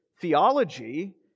theology